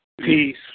Peace